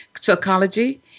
Psychology